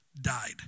died